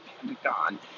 Pentagon